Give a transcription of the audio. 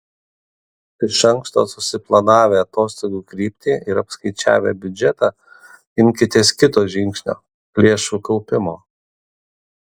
iš anksto susiplanavę atostogų kryptį ir apskaičiavę biudžetą imkitės kito žingsnio lėšų kaupimo